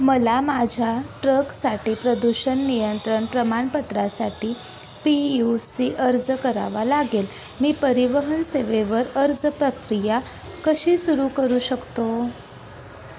मला माझ्या ट्रकसाठी प्रदूषण नियंत्रण प्रमाणपत्रासाठी पी यू सी अर्ज करावा लागेल मी परिवहन सेवेवर अर्ज प्रक्रिया कशी सुरू करू शकतो